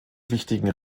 wichtigen